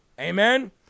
Amen